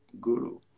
guru